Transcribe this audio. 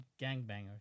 gangbangers